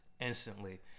instantly